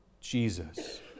Jesus